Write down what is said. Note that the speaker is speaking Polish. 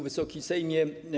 Wysoki Sejmie!